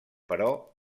però